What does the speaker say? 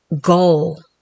goal